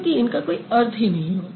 क्योंकि इनका कोई अर्थ ही नहीं होता